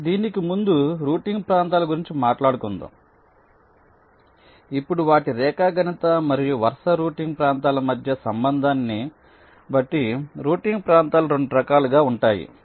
కానీ దీనికి ముందు రౌటింగ్ ప్రాంతాల గురించి మాట్లాడుకుందాం ఇప్పుడు వాటి రేఖాగణిత మరియు వరుస రౌటింగ్ ప్రాంతాల మధ్య సంబంధాన్ని బట్టి రౌటింగ్ ప్రాంతాలు 2 రకాలుగా ఉంటాయి